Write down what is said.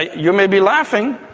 you may be laughing,